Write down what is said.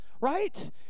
Right